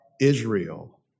Israel